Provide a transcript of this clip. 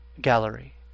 gallery